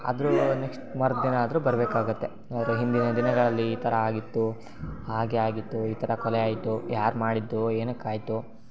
ಆದರೂ ನೆಕ್ಸ್ಟ್ ಮರು ದಿನ ಆದರೂ ಬರ್ಬೇಕಾಗುತ್ತೆ ಅದರ ಹಿಂದಿನ ದಿನಗಳಲ್ಲಿ ಈ ಥರ ಆಗಿತ್ತು ಹಾಗೆ ಆಗಿತ್ತು ಈ ಥರ ಕೊಲೆ ಆಯಿತು ಯಾರು ಮಾಡಿದ್ದು ಏನಕ್ಕಾಯಿತು